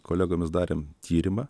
kolegomis darėm tyrimą